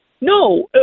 No